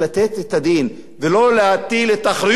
ולא להטיל את האחריות על הקורבן.